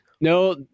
no